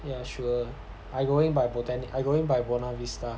yeah sure I going by botanic I going by buona vista